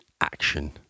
action